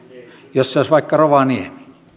jos se olisi vaikka rovaniemi